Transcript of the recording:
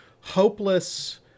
hopeless